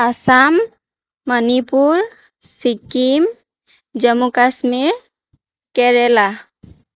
Assam Manipur Sikkim Jammu Kashmir Kerala